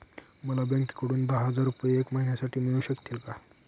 मला बँकेकडून दहा हजार रुपये एक महिन्यांसाठी मिळू शकतील का?